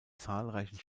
zahlreichen